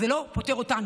אז זה לא פוטר אותנו,